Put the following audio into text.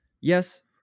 yes